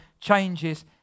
changes